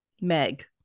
Meg